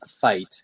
fight